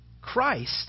Christ